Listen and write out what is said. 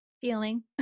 Feeling